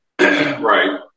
Right